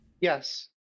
Yes